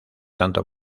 tanto